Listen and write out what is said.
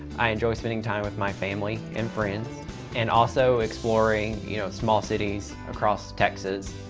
i enjoy spending time with my family and friends and also exploring you know small cities across texas.